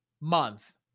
month